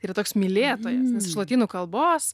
yra toks mylėtojas iš lotynų kalbos